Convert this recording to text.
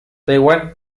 taiwán